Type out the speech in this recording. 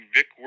Vic